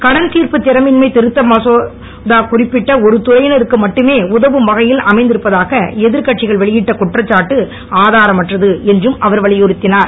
கடன் திர்ப்பு திறமின்மை திருத்த சட்ட மசோதா குறிப்பிட்ட ஒரு துறையினருக்கு மட்டுமே உதவும் வகையில் அமைந்திருப்பதாக எதிர் கட்சிகள் வெளியிட்ட குற்றச்சாட்டு ஆதாரமற்றது என்றும் அவர் வலியுறுத்தினுர்